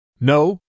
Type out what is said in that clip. No